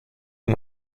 ihm